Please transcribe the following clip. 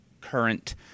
current